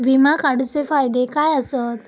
विमा काढूचे फायदे काय आसत?